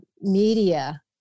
media